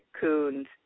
Coons